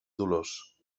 dolors